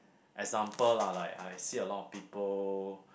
example lah like I see a lot of people